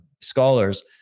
scholars